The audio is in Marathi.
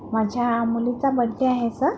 माझ्या मुलीचा बड्डे आहे सर